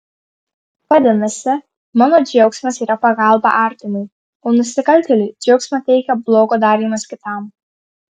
vadinasi mano džiaugsmas yra pagalba artimui o nusikaltėliui džiaugsmą teikia blogo darymas kitam